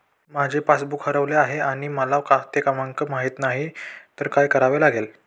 माझे पासबूक हरवले आहे आणि मला खाते क्रमांक माहित नाही तर काय करावे लागेल?